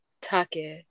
Take